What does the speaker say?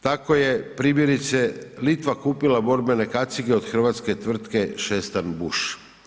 Tako je primjerice Litva kupila borbene kacige od hrvatske tvrtke Šestan Buš.